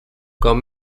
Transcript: com